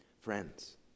Friends